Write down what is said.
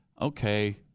Okay